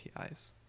APIs